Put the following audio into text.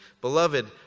Beloved